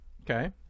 okay